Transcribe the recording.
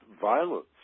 violence